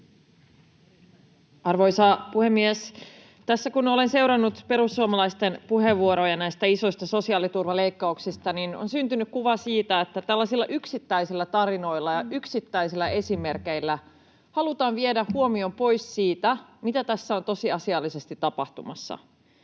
Arvoisa puhemies! Tässä kun olen seurannut perussuomalaisten puheenvuoroja näistä isoista sosiaaliturvaleikkauksista, on syntynyt kuva siitä, että tällaisilla yksittäisillä tarinoilla ja yksittäisillä esimerkeillä halutaan viedä huomio pois siitä, mitä tässä on tosiasiallisesti tapahtumassa.